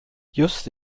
just